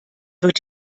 wird